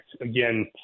again